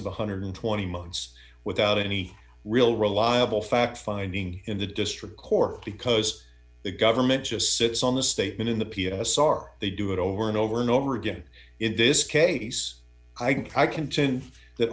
one hundred and twenty months without any real reliable fact finding in the district court because the government just sits on the statement in the p s r they do it over and over and over again in this case i